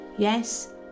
Yes